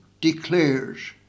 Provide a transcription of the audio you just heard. declares